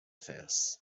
fence